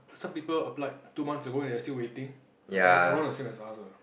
some people applied two months ago and they are still waiting aro~ around the same time as us uh